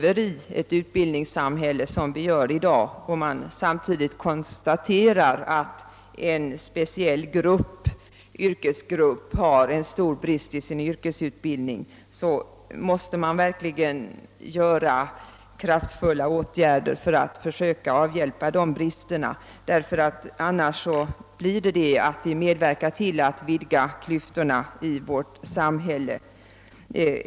I dagens utbildningssamhälle måste man verkligen, när man konstaterar att en speciell yrkesgrupp har en stor brist i sin yrkesutbildning, sätta in kraftfulla åtgärder för att försöka avhjälpa denna. Annars blir resultatet att vi medverkar till att vidga klyftorna i vårt samhälle.